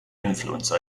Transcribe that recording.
influence